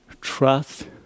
Trust